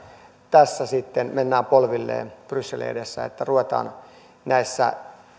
tässä sitten mennään polvilleen brysselin edessä että ruvetaan näissä